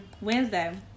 Wednesday